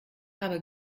aber